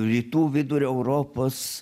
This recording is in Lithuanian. rytų vidurio europos